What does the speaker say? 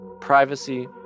privacy